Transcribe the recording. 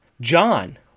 John